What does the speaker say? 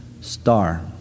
star